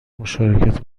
مشارکت